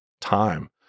time